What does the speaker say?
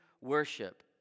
worship